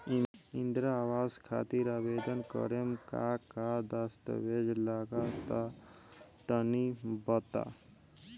इंद्रा आवास खातिर आवेदन करेम का का दास्तावेज लगा तऽ तनि बता?